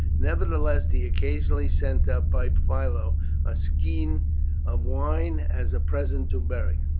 nevertheless he occasionally sent up by philo a skin of wine as a present to beric.